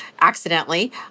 accidentally